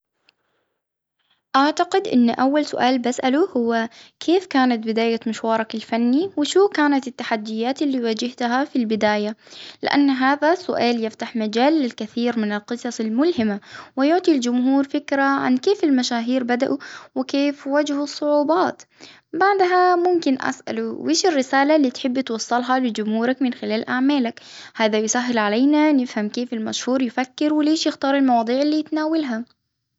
أعتقد إن أول سؤال بسأله هو كيف كانت بداية مشوارك الفني؟ وشو كانت التحديات اللي واجهتها في البداية؟ لأن هذا سؤال يفتح مجال للكثير من القصص الملهمة، ويعطي الجمهور فكرة عن كيف المشاهير بدأوا؟ وكيف واجهوا صعوبات؟ بعدها ممكن أسأله وش الرسالة اللي تحبي توصلها لجمهورك من خلال أعمالك؟ هذا يسهل علينا نفهم كيف المشهور يفكر ، وليش يختار المواضيع اللي يتناولها.